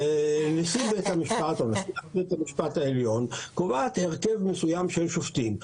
נשיא בית המשפט או נשיאת בית המשפט העליון קובעת הרכב מסוים של שופטים.